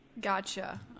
Gotcha